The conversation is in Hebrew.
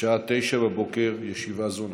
בשעה 09:00. ישיבה זו